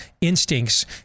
instincts